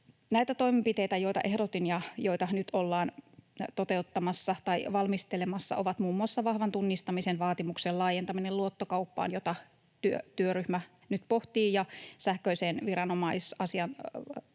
Näitä toimenpiteitä, joita ehdotin ja joita nyt ollaan valmistelemassa, ovat muun muassa vahvan tunnistamisen vaatimuksen laajentaminen luottokauppaan, jota työryhmä nyt pohtii, samaten sähköisen vahvan tunnistamisen